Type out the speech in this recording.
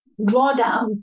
drawdown